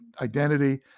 identity